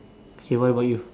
okay what about you